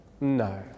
No